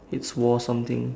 it's war something